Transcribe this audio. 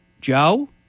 joe